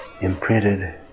imprinted